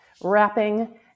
wrapping